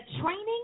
training